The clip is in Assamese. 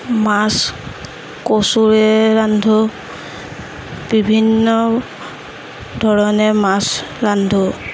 মাছ কচুৰে ৰান্ধোঁ বিভিন্ন ধৰণে মাছ ৰান্ধোঁ